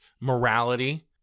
morality